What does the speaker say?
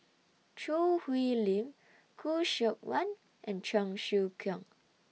Choo Hwee Lim Khoo Seok Wan and Cheong Siew Keong